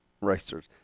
racers